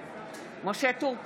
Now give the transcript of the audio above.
בעד משה טור פז,